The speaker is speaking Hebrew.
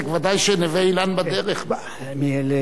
ודאי שנווה-אילן בדרך.